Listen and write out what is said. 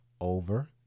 over